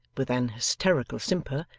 with an hysterical simper,